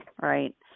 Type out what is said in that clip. Right